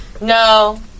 No